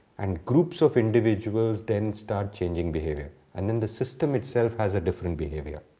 and groups of individuals then start changing behavior and then the system itself has a different behavior.